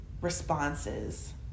responses